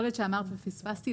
יכול להיות שאמרת ופספסתי.